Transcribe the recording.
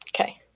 okay